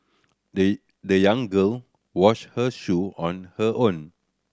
the the young girl washed her shoe on her own